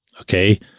Okay